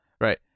Right